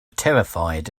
terrified